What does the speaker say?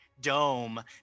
dome